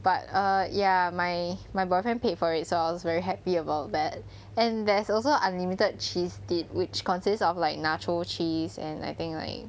but err ya my my boyfriend paid for it so I was very happy about that and there's also unlimited cheese dip which consists of like nacho cheese and I think like